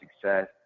success